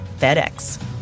FedEx